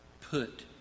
put